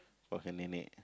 call her nenek